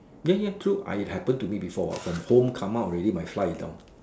ya ya true I happened to me before what from home come out already my fly is down